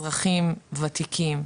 אזרחים ותיקים,